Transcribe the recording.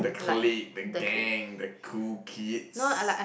the clique the gang the cool kids